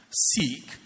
Seek